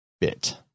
bit